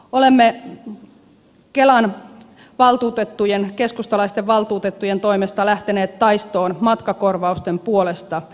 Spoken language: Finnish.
olemme kelan keskustalaisten valtuutettujen toimesta lähteneet taistoon matkakorvausten puolesta